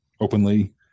openly